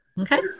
Okay